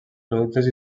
productes